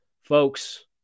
folks